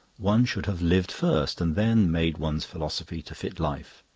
one should have lived first and then made one's philosophy to fit life.